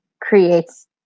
creates